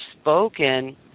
spoken